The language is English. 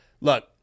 look